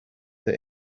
that